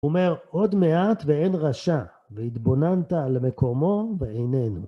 אומר עוד מעט ואין רשע, והתבוננת על מקומו ואיננו.